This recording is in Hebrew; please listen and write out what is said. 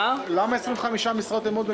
למה 25 משרות אמון במשרד הפנים?